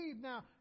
Now